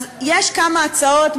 אז יש כמה הצעות,